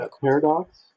Paradox